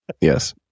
Yes